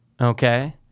Okay